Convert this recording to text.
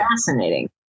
fascinating